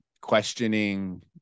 questioning